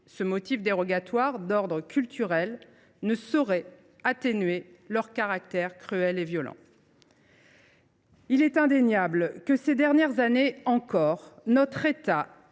Ce motif dérogatoire, d’ordre culturel, ne saurait pour autant atténuer leur caractère cruel et violent. Il est indéniable que, ces dernières années encore, l’État